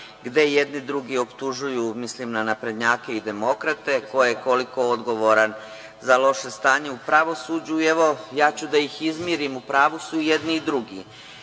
gde jedne drugi optužuju, mislim na naprednjake i demokrate, ko je koliko odgovoran za loše stanje u pravosuđu. Evo, ja ću da iz izmirim, u pravu su i jedni i drugi. Niti